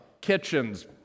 kitchens